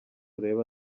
urebe